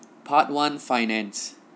part one finance